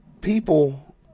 people